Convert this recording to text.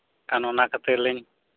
ᱠᱷᱟᱱ ᱚᱱᱟ ᱠᱷᱟᱹᱛᱤᱨᱞᱤᱧ